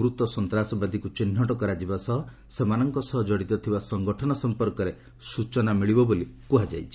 ମୃତ ସନ୍ତାସବାଦୀକୁ ଚିହ୍ନଟ କରାଯିବା ସହ ସେମାନଙ୍କ ସହ ଜଡ଼ିତ ଥିବା ସଙ୍ଗଠନ ସମ୍ପର୍କରେ ସୂଚନା ମିଳିବ ବୋଲି କୁହାଯାଇଛି